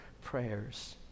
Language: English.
prayers